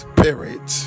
Spirit